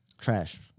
Trash